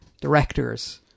directors